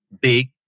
big